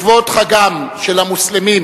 לכבוד חגם של המוסלמים,